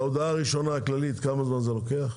ההודעה הראשונה הכללית, כמה זמן לוקח?